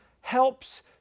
helps